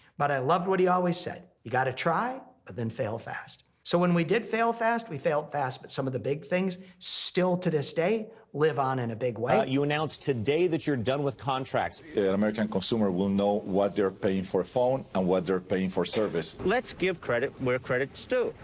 but i loved what he always said. you've got to try, but then fail fast. so when we did fail fast we failed fast, but some of the big things still to this day live on in a big way. you announced today that you're done with contracts. the and american consumer will know what they're paying for a phone and what they're paying for service. let's give credit where credit's due.